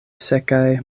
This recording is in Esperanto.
sekaj